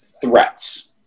threats